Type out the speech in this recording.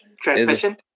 Transmission